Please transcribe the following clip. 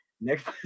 Next